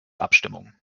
abstimmung